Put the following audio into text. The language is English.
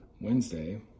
Wednesday